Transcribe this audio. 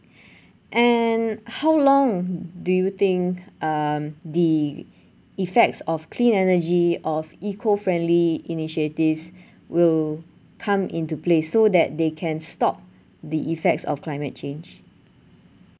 and how long do you think um the effects of clean energy of eco-friendly initiatives will come into play so that they can stop the effects of climate change